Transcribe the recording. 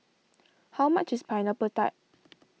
how much is Pineapple Tart